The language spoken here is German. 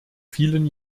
vielen